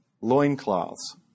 loincloths